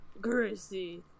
Gracie